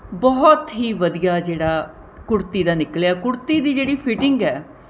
ਬਹੁਤ ਹੀ ਵਧੀਆ ਜਿਹੜਾ ਕੁੜਤੀ ਦਾ ਨਿਕਲਿਆ ਕੁੜਤੀ ਦੀ ਜਿਹੜੀ ਫੀਟਿੰਗ ਹੈ